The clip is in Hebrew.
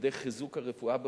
על-ידי חיזוק הרפואה בפריפריה.